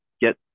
get